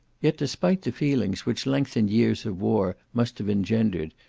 yet, despite the feelings which lengthened years of war must have engendered,